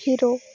hero